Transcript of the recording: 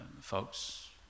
folks